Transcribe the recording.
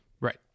Right